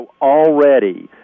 already